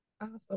Awesome